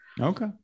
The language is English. Okay